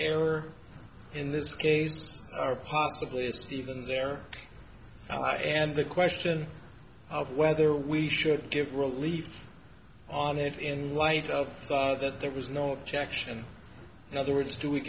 error in this case or possibly a stevens there and the question of whether we should give relief on it in light of that there was no objection in other words do we